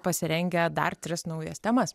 pasirengę dar tris naujas temas